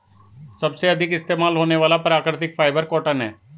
सबसे अधिक इस्तेमाल होने वाला प्राकृतिक फ़ाइबर कॉटन है